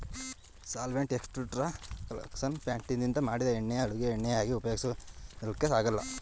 solvent extraction ಪ್ಲಾಂಟ್ನಿಂದ ಮಾಡಿದ್ ಎಣ್ಣೆನ ಅಡುಗೆ ಎಣ್ಣೆಯಾಗಿ ಉಪಯೋಗ್ಸಕೆ ಆಗಲ್ಲ